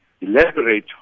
elaborate